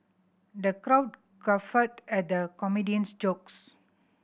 the crowd guffawed at the comedian's jokes